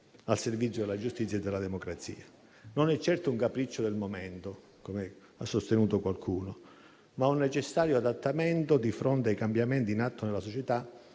al servizio della giustizia e della democrazia. Non è certo un capriccio del momento, come ha sostenuto qualcuno, ma un necessario adattamento di fronte ai cambiamenti in atto nella società